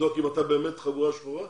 לבדוק אם אתה באמת חגורה שחורה?